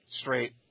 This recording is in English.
Straight